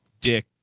dick